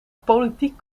politiek